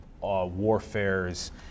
warfares